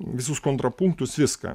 visus kontrapunktus viską